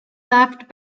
laughed